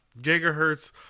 gigahertz